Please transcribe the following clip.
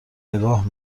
نگاه